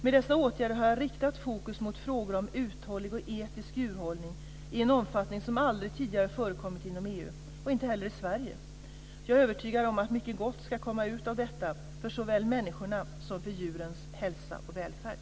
Med dessa åtgärder har jag riktat fokus mot frågor om uthållig och etisk djurhållning i en omfattning som aldrig tidigare förekommit inom EU, och inte heller i Sverige. Jag är övertygad om att mycket gott ska komma ut av detta för såväl människornas som djurens hälsa och välfärd.